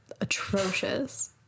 atrocious